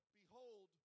behold